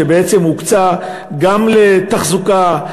שבעצם הוקצה גם לתחזוקה,